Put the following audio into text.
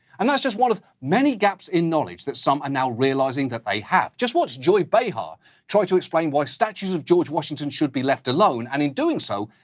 and that's just one of many gaps in knowledge that some are now realizing that they have. just watch joy behar try to explain why statues of george washington should be left alone, and in doing so,